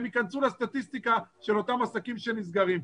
ייכנסו לסטטיסטיקה של אותם עסקים שנסגרים.